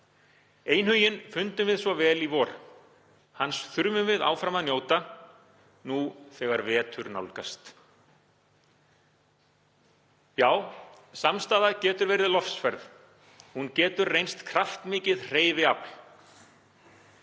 Einhuginn fundum við svo vel í vor. Hans þurfum við áfram að njóta, nú þegar vetur nálgast. Já, samstaða getur verið lofsverð, hún getur reynst kraftmikið hreyfiafl.